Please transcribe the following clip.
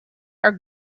are